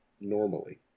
normally